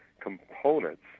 components